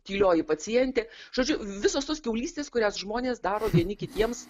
tylioji pacientė žodžiu visos tos kiaulystės kurias žmonės daro vieni kitiems